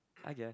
I guess